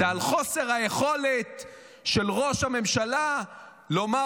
-- זה חוסר היכולת של ראש הממשלה לומר